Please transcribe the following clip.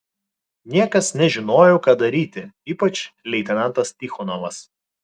niekas nežinojo ką daryti ypač leitenantas tichonovas